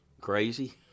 crazy